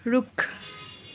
रुख